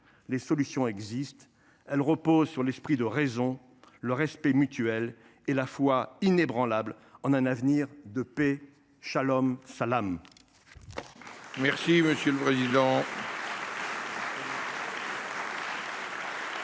Les solutions existent. Elles reposent sur l’esprit de raison, le respect mutuel et la foi inébranlable en un avenir de paix.. La parole